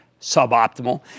Suboptimal